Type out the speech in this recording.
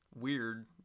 weird